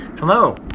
Hello